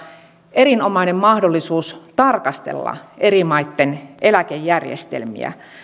erinomainen mahdollisuus tarkastella eri maitten eläkejärjestelmiä